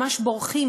ממש בורחים,